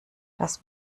das